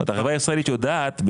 החברה הישראלית יודעת,